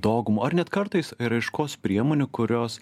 dogmų ar net kartais raiškos priemonių kurios